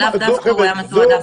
שלאו דווקא --- חבר'ה,